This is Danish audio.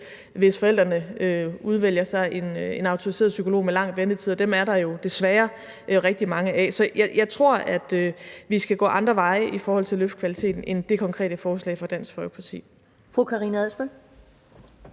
hvis forældrene udvælger sig en autoriseret psykolog, der har en lang ventetid, og dem er der jo desværre rigtig mange af. Så jeg tror, at vi skal gå andre veje i forhold til at løfte kvaliteten end det konkrete forslag fra Dansk Folkeparti.